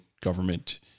government